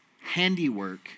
handiwork